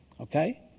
Okay